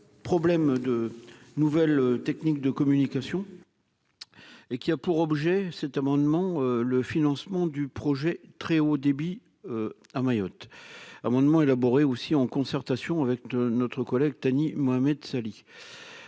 problèmes de nouvelles techniques de communication et qui a pour objet, cet amendement, le financement du projet très haut débit à Mayotte amendements élaborés aussi en concertation avec notre collègue Thani Mohamed